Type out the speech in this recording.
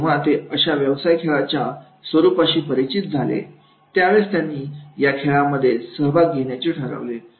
आणि जेव्हा ते अशा व्यवसाय खेळाच्या स्वरूपाशी परिचित झाले त्यावेळेस त्यांनी या खेळामध्ये सहभाग घेण्याचे ठरवले